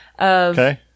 Okay